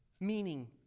meaning